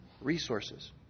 resources